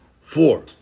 four